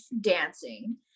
dancing